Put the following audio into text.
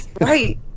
right